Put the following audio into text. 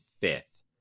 fifth